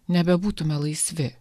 nebebūtume laisvi